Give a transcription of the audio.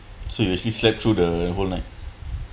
so you actually slept through the whole night